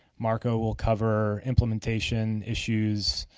marco will cover implementation issues,